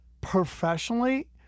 professionally